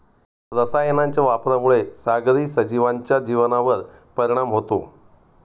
रसायनांच्या वापरामुळे सागरी सजीवांच्या जीवनावर परिणाम होतो